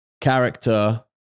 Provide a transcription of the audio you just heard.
character